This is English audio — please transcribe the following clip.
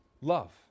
love